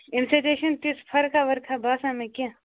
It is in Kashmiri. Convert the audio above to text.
اَمہِ سۭتۍ حظ چھنہٕ تِژھ فرقا ورقا باسان مےٚ کیٚنٛہہ